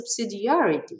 subsidiarity